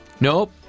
Nope